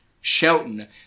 Shelton